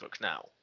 now